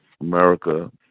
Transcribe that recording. America